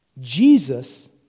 Jesus